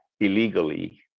illegally